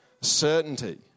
certainty